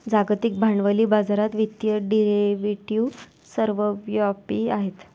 जागतिक भांडवली बाजारात वित्तीय डेरिव्हेटिव्ह सर्वव्यापी आहेत